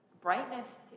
brightness